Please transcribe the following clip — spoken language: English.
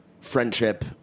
friendship